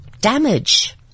damage